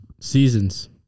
Seasons